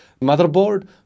motherboard